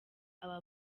aba